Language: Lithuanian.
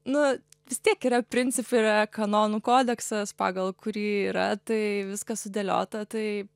nu vis tiek yra principai yra kanonų kodeksas pagal kurį yra tai viskas sudėliota tai